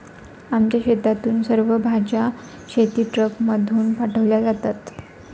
आमच्या शेतातून सर्व भाज्या शेतीट्रकमधून पाठवल्या जातात